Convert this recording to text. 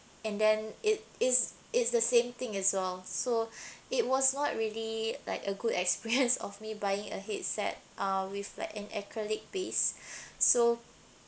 and then it is it's the same thing as well so it was not really like a good experience of me buying a headset uh with like an acrylic base so